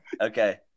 Okay